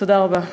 תודה רבה.